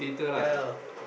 ya ya